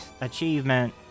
achievement